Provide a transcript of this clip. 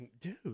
Dude